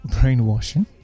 brainwashing